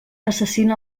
assassina